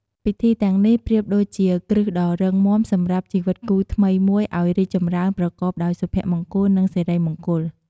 ពិធីទាំងនេះប្រៀបដូចជាគ្រឹះដ៏រឹងមាំសម្រាប់ជីវិតគូថ្មីមួយឲ្យរីកចម្រើនប្រកបដោយសុភមង្គល និងសិរីមង្គល។